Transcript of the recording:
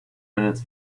minutes